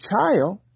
child